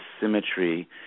symmetry